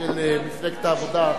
של מפלגת העבודה.